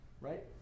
right